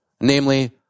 namely